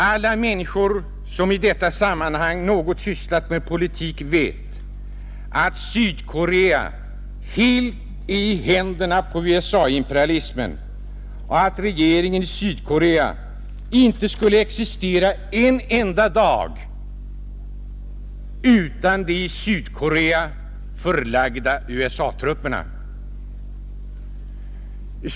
Alla människor som i detta sammanhang sysslat med politik vet att Sydkorea helt är i händerna på USA-imperialismen och att regimen i Sydkorea inte skulle existera en enda dag utan de i Sydkorea förlagda USA-trupperna.